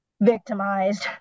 victimized